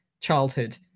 childhood